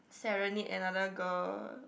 serenade another girl